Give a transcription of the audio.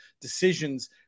decisions